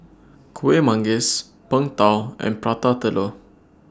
Kuih Manggis Png Tao and Prata Telur